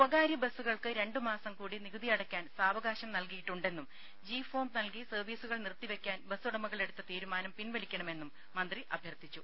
സ്വകാര്യ ബസ്സുകൾക്ക് രണ്ടുമാസംകൂടി നികുതി അടയ്ക്കാൻ സാവകാശം നൽകിയിട്ടുണ്ടെന്നും ജി ഫോം നൽകി സർവ്വീസുകൾ നിർത്തിവെയ്ക്കാൻ ബസ്സുടമകൾ എടുത്ത തീരുമാനം പിൻവലിക്കണമെന്നും മന്ത്രി അഭ്യർത്ഥിച്ചു